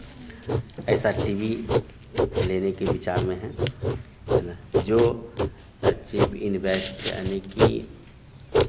ऐसा TV लेने के विचार में हैं ना जो चीप इन्वेस्ट यानि कि